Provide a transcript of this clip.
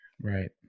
Right